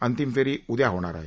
अंतिम फेरी उद्या होणार आहे